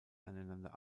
einander